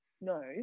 no